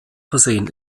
versehen